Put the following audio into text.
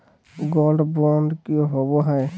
Gold bond की होबो है?